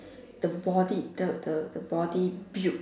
the body the the the body built